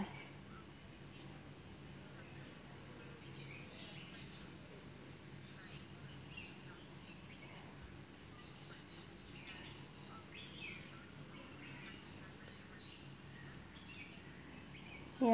ya